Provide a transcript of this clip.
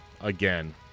again